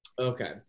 Okay